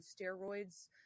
steroids